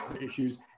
issues